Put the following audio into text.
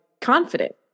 confident